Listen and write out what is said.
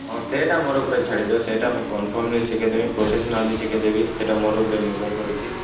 ହଁ ସେଇଟା ମୋ ଉପରେ ଛାଡ଼ିଦିଅ ସେଇଟା କନଫର୍ମ ମୁଁ ଶିଖେଇଦେବି ପ୍ରଫେସ୍ନାଲି ଶିଖେଇଦେବି ସେଇଟା ମୋ ଉପରେ ନିର୍ଭର କରୁଛି